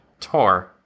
Tor